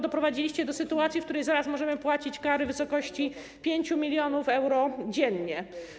Doprowadziliście do sytuacji, w której zaraz możemy płacić kary w wysokości 5 mln euro dziennie.